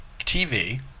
TV